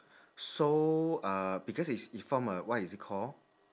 so uh because it's it form uh what is it called